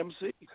MC